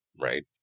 right